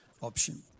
option